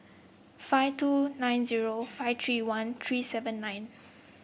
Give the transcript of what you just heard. five two nine zero five three one three seven nine